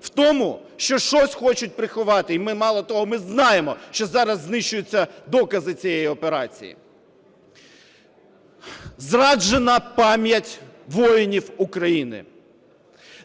в тому, що щось хочуть приховати? І мало того, ми знаємо, що зараз знищуються докази цієї операції. Зраджена пам'ять воїнів України.